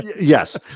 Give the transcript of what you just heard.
Yes